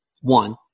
one